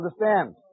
understand